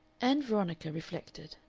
ann veronica reflected.